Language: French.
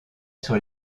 sur